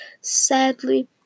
sadly